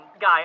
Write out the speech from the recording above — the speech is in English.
guy